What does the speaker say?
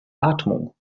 atmung